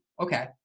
Okay